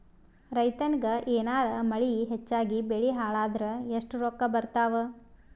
ರೈತನಿಗ ಏನಾರ ಮಳಿ ಹೆಚ್ಚಾಗಿಬೆಳಿ ಹಾಳಾದರ ಎಷ್ಟುರೊಕ್ಕಾ ಬರತ್ತಾವ?